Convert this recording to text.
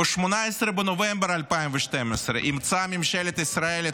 ב-18 בנובמבר 2012 אימצה ממשלת ישראל את